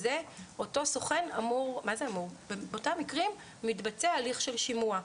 באותם מקרים מתבצע הליך של שימוע.